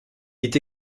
est